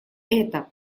это